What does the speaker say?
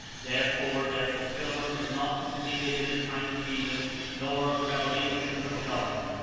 therefore, their fulfillment was not completed in the time of jesus nor of the revelations of john.